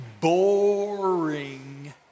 boring